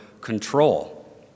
control